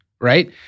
right